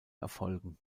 erfolgen